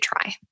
try